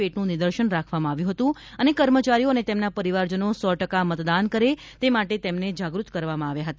પેટ નું નિદર્શન રાખવામાં આવ્યું હતું અને કર્મચારીઓ અને તેમના પરિવારજનો સો ટકા મતદાન કરે તે માટે તેમને જાગૃત કરવામાં આવ્યા હતા